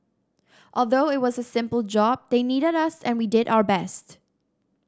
although it was a simple job they needed us and we did our best